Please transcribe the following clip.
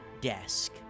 desk